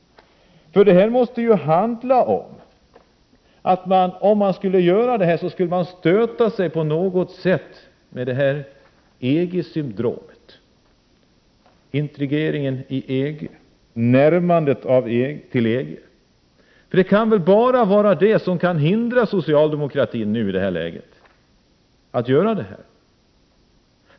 Det måste handla om att man, om man tar initiativ till lagstiftning på det här området, på något sätt skulle stöta sig med dem som har EG-syndromet, med dem som vill integrera Sverige i EG eller närma Sverige till EG. Det är väl bara det som i nuvarande läge kan hindra socialdemokratin i det här avseendet!